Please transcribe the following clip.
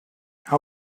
how